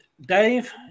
Dave